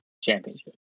championship